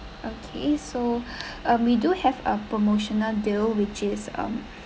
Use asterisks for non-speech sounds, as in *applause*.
okay so *breath* um we do have a promotional deal which is um